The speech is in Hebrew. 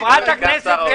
חברת הכנסת.